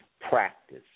practice